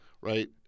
right